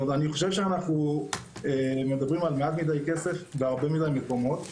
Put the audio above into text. לכן אני חושב שאנחנו מדברים על מעט מדיי כסף להרבה מאוד מקומות.